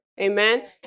Amen